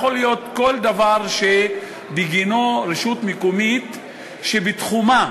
יכול להיות כל דבר שבגינו רשות מקומית שבתחומה